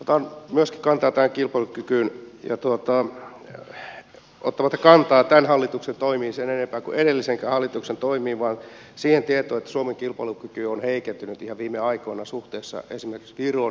otan myöskin kantaa tähän kilpailukykyyn ottamatta kantaa tämän hallituksen toimiin sen enempää kuin edellisenkään hallituksen toimiin siihen tietoon että suomen kilpailukyky on heikentynyt ihan viime aikoina suhteessa esimerkiksi viroon ja ruotsiin